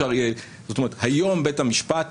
היום בית המשפט